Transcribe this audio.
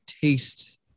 Taste